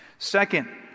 Second